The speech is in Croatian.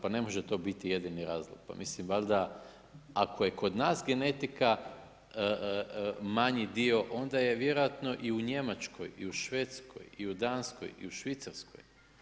Pa, ne može to biti jedini razlog pa mislim valjda ako je kod nas genetika manji dio onda je vjerojatno i u Njemačkoj i u Švedskoj i u Danskoj i u Švicarskoj.